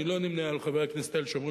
אני לא נמנה עם חברי הכנסת האלה שאומרים